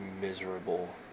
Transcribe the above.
miserable